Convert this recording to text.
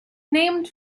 named